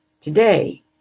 Today